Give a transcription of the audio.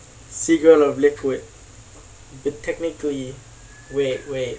secret of liquid but technically wait wait